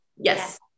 Yes